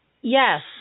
Yes